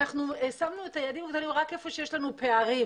אנחנו שם את היעדים הגדולים רק איפה שיש לנו פערים,